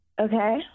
Okay